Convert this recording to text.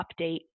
update